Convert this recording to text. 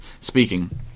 speaking